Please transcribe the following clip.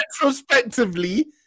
retrospectively